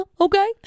Okay